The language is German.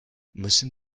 müssen